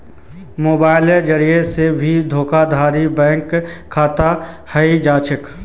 मोबाइलेर जरिये से भी धोखाधडी बैंक खातात हय जा छे